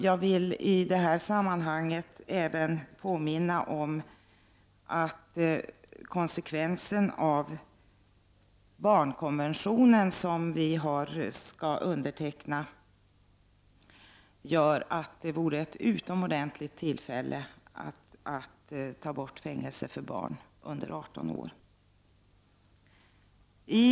Jag vill i detta sammanhang påminna om konsekvensen av barnkonventionen som Sverige skall underteckna. Detta är ett utomordentligt bra tillfälle att avskaffa fängelsestraff som påföljd för barn under 18 års ålder.